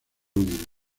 unidos